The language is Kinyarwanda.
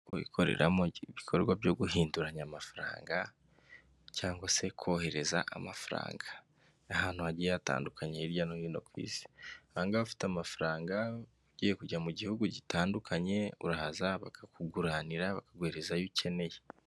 Inzu ikoreramo ibikorwa byo guhinduranya amafaranga, cyangwa se kohereza amafaranga, hantu hagiye hatandukanye hirya no hino ku isi. Ahangaha ufite amafaranga, ugiye kujya mu gihugu gitandukanye, urahaza bakakuguranira, bakaguheza ayo ukeneye.